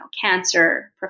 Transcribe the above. cancer